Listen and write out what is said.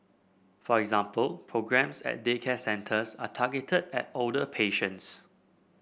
for example programmes at daycare centres are targeted at older patients